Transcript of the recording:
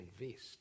invest